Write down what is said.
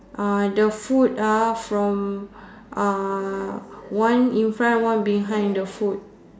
uh the food ah from uh one in front one behind the food